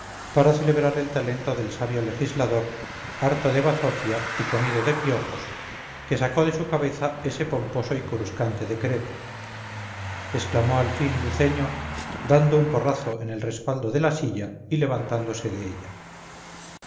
para celebrar el talento delsabio legislador harto de bazofia y comido de piojos que sacó de su cabeza ese pomposo y coruscante decreto exclamó al fin luceño dando un porrazo en el respaldo de la silla y levantándose de ella